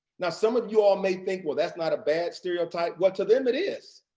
now some of you all may think, well, that's not a bad stereotype, but to them it is.